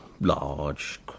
large